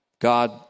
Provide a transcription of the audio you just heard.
God